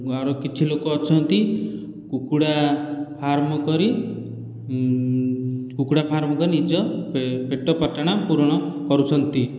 ଆର କିଛି ଲୋକ ଅଛନ୍ତି କୁକୁଡ଼ା ଫାର୍ମ କରି କୁକୁଡା ଫାର୍ମ କରି ନିଜ ପେଟ ପାଟଣା ପୂରଣ କରୁଛନ୍ତି